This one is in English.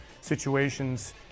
situations